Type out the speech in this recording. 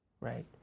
Right